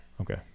Okay